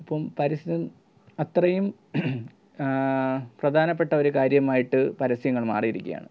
ഇപ്പോൾ പരസ്യം അത്രയും പ്രധാനപ്പെട്ട ഒരു കാര്യമായിട്ട് പരസ്യങ്ങൾ മാറിയിരിക്കുകയാണ്